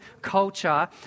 culture